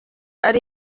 ari